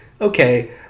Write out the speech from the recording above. okay